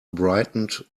brightened